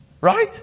Right